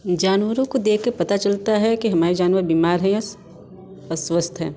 जानवरों को देख के पता चलता है कि हमारे जानवर बीमार हैं या अस्वस्थ हैं